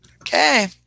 Okay